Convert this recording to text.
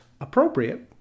appropriate